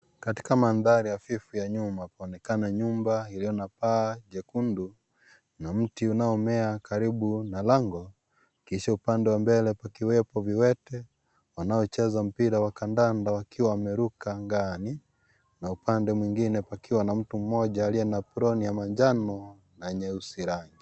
Katika mandhari hafifu ya nyuma panaonekana nyumba iliyo na paa jekundu na mti unaomea karibu na lango. Kisha upande wa mbele pakiwepo viwete wanaocheza mpira wa kandanda wakiwa wameruka angani. Na upande mwingine pakiwa na mtu mmoja aliye na proni ya manjano na nyeusi rangi.